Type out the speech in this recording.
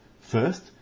first